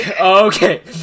okay